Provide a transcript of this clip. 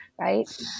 right